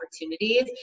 opportunities